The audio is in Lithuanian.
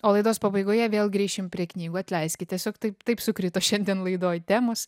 o laidos pabaigoje vėl grįšim prie knygų atleiskit tiesiog taip taip sukrito šiandien laidoj temos